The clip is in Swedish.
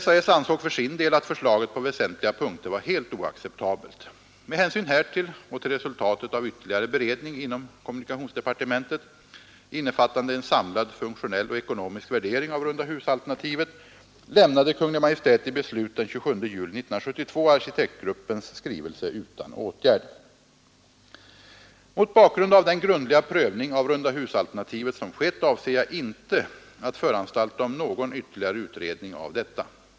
SAS ansåg för sin del att förslaget på väsentliga punkter var helt oacceptabelt. Mot bakgrund av den grundliga prövning av rundahusalternativet som skett avser jag inte att föranstalta om någon ytterligare utredning av detta.